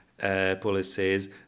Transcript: policies